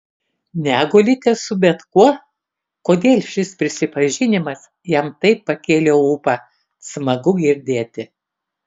negulite su bet kuo kodėl šis prisipažinimas jam taip pakėlė ūpą smagu girdėti